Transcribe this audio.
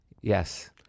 Yes